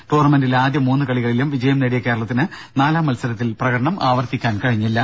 ടൂർണമെന്റിലെ ആദ്യ മൂന്ന് കളികളിലും വിജയം നേടിയ കേരളത്തിന് നാലാം മത്സരത്തിൽ പ്രകടനം ആവർത്തിക്കാനായില്ല